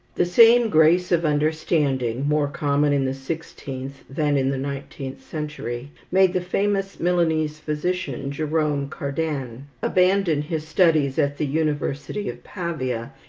the same grace of understanding more common in the sixteenth than in the nineteenth century made the famous milanese physician, jerome cardan, abandon his students at the university of pavia,